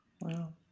Wow